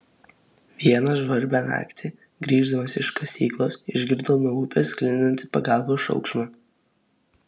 vieną žvarbią naktį grįždamas iš kasyklos išgirdo nuo upės sklindantį pagalbos šauksmą